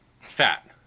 Fat